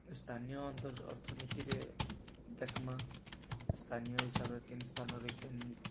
ସ୍ଥାନୀୟ ଅନ୍ତର୍ ଅର୍ଥନୀତିରେ ଦେଖ୍ମା ସ୍ଥାନୀୟ ହିସାବରେ କେନ୍ ସ୍ଥାନରେ କେନ୍